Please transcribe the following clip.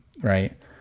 right